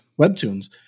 Webtoons